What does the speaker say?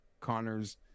Connors